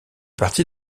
partie